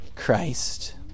Christ